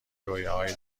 رویاهایی